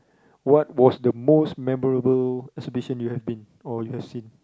what was the most memorable exhibition you have been or you have seen